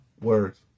words